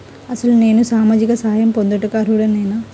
అసలు నేను సామాజిక సహాయం పొందుటకు అర్హుడనేన?